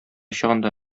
чагында